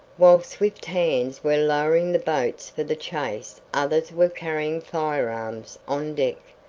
while swift hands were lowering the boats for the chase others were carrying firearms on deck.